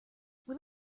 will